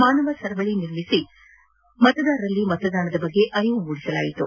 ಮಾನವ ಸರಪಳಿ ನಿರ್ಮಿಸಿ ಮತದಾರರಲ್ಲಿ ಮತದಾನದ ಬಗ್ಗೆ ಅರಿವು ಮೂಡಿಸಲಾಯಿತು